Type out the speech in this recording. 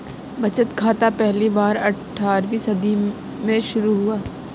बचत बैंक पहली बार अट्ठारहवीं सदी में शुरू हुआ